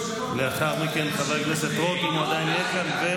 לאחר מכן חבר הכנסת רוט, אם הוא עדיין יהיה כאן.